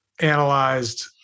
analyzed